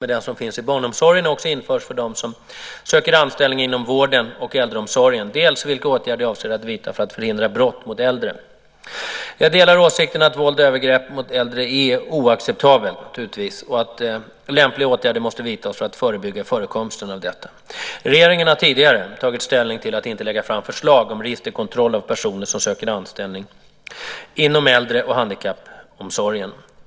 Fru talman! Peter Althin har frågat mig dels vilka åtgärder jag avser att vidta för att en personalkontroll i likhet med den som finns i barnomsorgen också införs för dem som söker anställning inom vården och äldreomsorgen, dels vilka åtgärder jag avser att vidta för att förhindra brott mot äldre. Jag delar åsikten att våld och övergrepp mot äldre naturligtvis är oacceptabelt och att lämpliga åtgärder måste vidtas för att förebygga förekomsten av detta. Regeringen har tidigare tagit ställning till att inte lägga fram förslag om registerkontroll av personer som söker anställning inom äldre och handikappomsorgen.